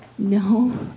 No